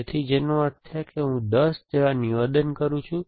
તેથી જેનો અર્થ છે કે હું 10 જેવું નિવેદન કરું છું